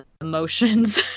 emotions